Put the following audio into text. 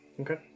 Okay